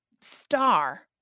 star